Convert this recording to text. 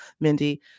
Mindy